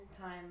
time